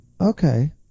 Okay